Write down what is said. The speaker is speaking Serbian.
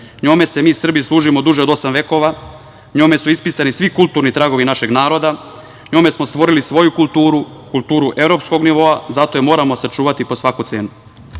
Njome se mi Srbi služimo duže od osam vekova, njome su ispisani svi kulturni tragovi našeg naroda, njome smo stvorili svoju kulturu, kulturu evropskog nivoa, zato je moramo sačuvati po svaku